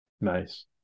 nice